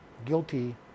guilty